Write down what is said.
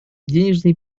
денежные